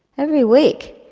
every week,